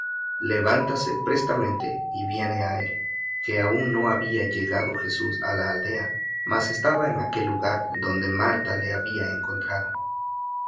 levántase prestamente y viene á él que aun no había llegado jesús á la aldea mas estaba en aquel lugar donde marta le había encontrado